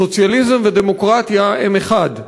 סוציאליזם ודמוקרטיה הם אחד,